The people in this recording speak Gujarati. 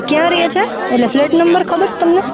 ક્યા રેછે એટલે ફ્લેટ નંબર ખબર છે તમને